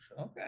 okay